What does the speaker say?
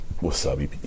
Wasabi